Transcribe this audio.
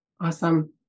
Awesome